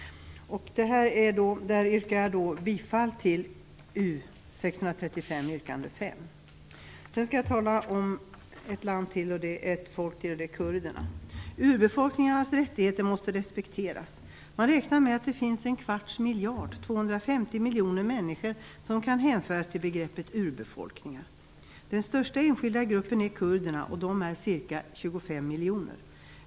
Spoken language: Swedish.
Jag yrkar bifall till motion 635 avseende yrkande Sedan skall jag tala om kurderna. Urbefolkningarnas rättigheter måste respekteras. Man räknar med att det finns 250 miljoner människor som kan hänföras till begreppet urbefolkning. Den största enskilda gruppen är kurderna som är ca 25 miljoner.